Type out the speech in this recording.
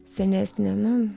senesnė na